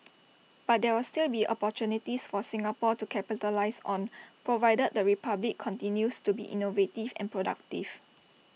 but there will still be opportunities for Singapore to capitalise on provided the republic continues to be innovative and productive